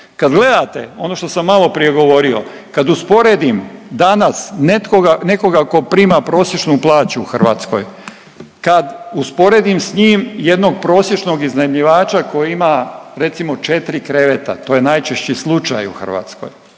Kad gledate ono što sam maloprije govorio kad usporedim danas netkoga, nekoga tko prima prosječnu plaću u Hrvatskoj, kad usporedim s njim jednog prosječnog iznajmljivača koji ima recimo 4 kreveta to je najčešći slučaj u Hrvatskoj,